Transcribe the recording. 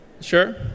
Sure